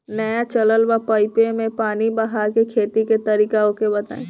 नया चलल बा पाईपे मै पानी बहाके खेती के तरीका ओके बताई?